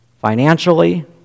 financially